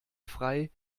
frei